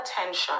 attention